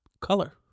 color